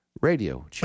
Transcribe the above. Radio